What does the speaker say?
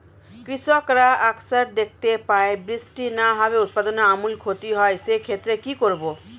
কৃষকরা আকছার দেখতে পায় বৃষ্টি না হওয়ায় উৎপাদনের আমূল ক্ষতি হয়, সে ক্ষেত্রে কি করব?